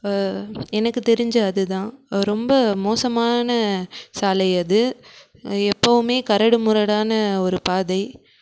எனக்கு தெரிஞ்சு அதுதான் ரொம்ப மோசமான சாலை அது எப்போவுமே கரடு முரடான ஒரு பாதை